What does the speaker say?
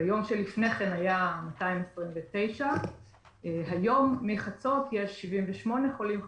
ביום שלפני כן היו 229. היום מחצות יש 78 חולים חדשים,